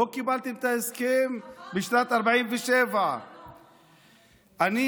לא קיבלתם את ההסכם בשנת 47'. נכון,